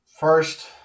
First